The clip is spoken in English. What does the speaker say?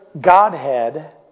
Godhead